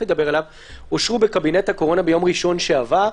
אושרו בקבינט הקורונה בראשון שעבר.